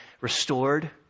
restored